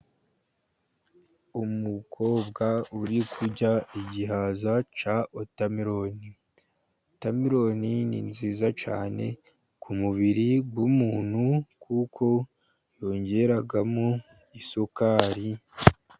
Umukobwa uri kurya igihaza cya wotameloni, wotameloni ni nziza cyane ku mubiri w'umuntu kuko yongeramo isukari.